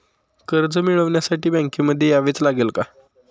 कर्ज मिळवण्यासाठी बँकेमध्ये यावेच लागेल का?